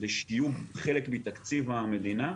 כדי שיהיו חלק מתקציב המדינה,